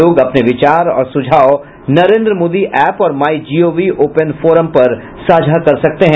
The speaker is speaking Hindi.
लोग अपने विचार और सुझाव नरेन्द्र मोदी ऐप और माइ जीओवी ओपन फोरम पर साझा कर सकते हैं